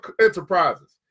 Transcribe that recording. enterprises